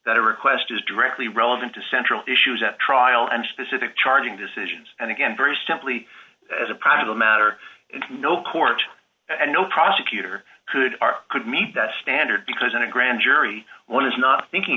that a request is directly relevant to central issues at trial and specific charging decisions and again very simply as a practical matter no court and no prosecutor could or could meet that standard because in a grand jury one is not thinking